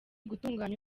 gutunganya